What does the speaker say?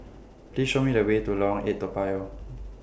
Please Show Me The Way to Lorong eight Toa Payoh